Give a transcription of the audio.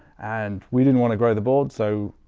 and we didn't want to grow the board. so